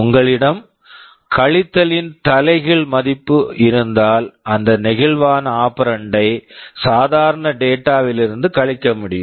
உங்களிடம் கழித்தலின் தலைகீழ் பதிப்பு இருந்தால் அந்த நெகிழ்வான ஆபரண்ட் operand ஐ சாதாரண டேட்டா data விலிருந்து கழிக்க முடியும்